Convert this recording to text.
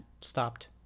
stopped